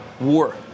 War